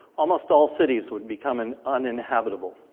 almost all cities would become and uninhabitable.